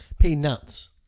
Peanuts